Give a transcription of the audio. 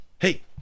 Hey